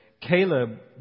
Caleb